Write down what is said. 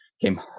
came